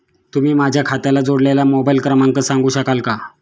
तुम्ही माझ्या खात्याला जोडलेला मोबाइल क्रमांक सांगू शकाल का?